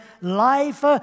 life